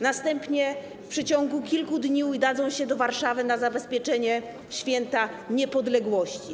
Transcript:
Następnie w przeciągu kilku dni udadzą się do Warszawy na zabezpieczenie Święta Niepodległości.